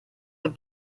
the